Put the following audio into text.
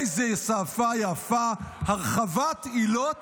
איזו שפה יפה: הרחבת העילות